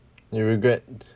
you regret